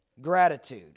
gratitude